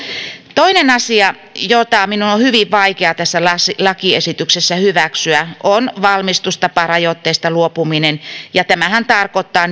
toinen asia jota minun on on hyvin vaikea tässä lakiesityksessä hyväksyä on valmistustaparajoitteesta luopuminen ja tämähän tarkoittaa